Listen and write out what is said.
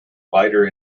lighter